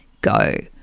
go